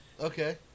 Okay